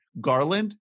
Garland